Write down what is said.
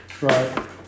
right